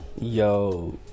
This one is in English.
Yo